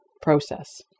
process